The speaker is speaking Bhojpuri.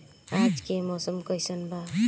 आज के मौसम कइसन बा?